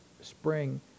spring